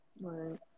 right